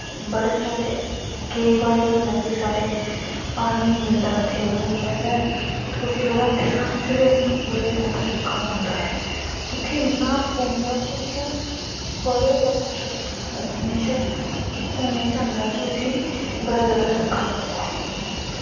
बड़े सारे केंई बारी एह् होंदा के साढ़े पानी नी मिलदा इत्थें हून पैह्लैं थोह्ड़े चिरे दा बड़ा जादा सोका पौंदा ऐ उत्थें इन्नां पौंदा के उत्थें बड़े जादा हमेशा सुननें च औंदा कि उत्थें बड़ा जादा सोका पेदा ऐ